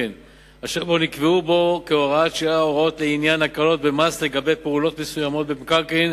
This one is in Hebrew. המונחת לפניכם נועדה להאריך את הוראת השעה הקבועה בחוק מיסוי מקרקעין